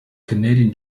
canadian